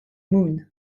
moon